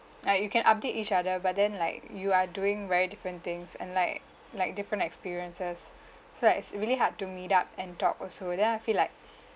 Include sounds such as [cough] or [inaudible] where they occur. now you can update each other but then like you are doing very different things and like like different experiences [breath] so like it's really hard to meet up and talk also then I feel like [breath]